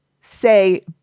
say